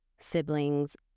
siblings